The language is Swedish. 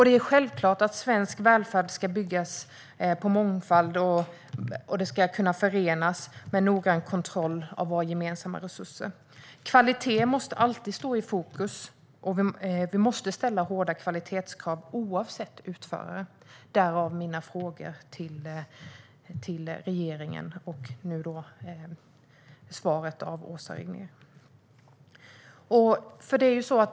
Det är självklart att svensk välfärd ska byggas på mångfald och kunna förenas med noggrann kontroll över våra gemensamma resurser. Kvalitet måste alltid stå i fokus, och vi måste ställa hårda kvalitetskrav, oavsett utförare. Därav mina frågor till regeringen och Åsa Regnér.